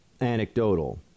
anecdotal